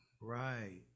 Right